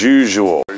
usual